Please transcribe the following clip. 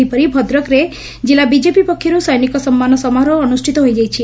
ସେହିପରି ଭଦ୍ରକରେ ଜିଲ୍ଲ ବିଜେପି ପକ୍ଷରୁ ସୈନିକ ସମ୍ମାନ ସମାରୋହ ଅନୁଷିତ ହୋଇଯାଇଛି